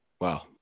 Wow